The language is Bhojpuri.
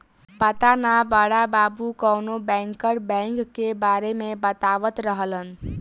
पाता ना बड़ा बाबु कवनो बैंकर बैंक के बारे में बतावत रहलन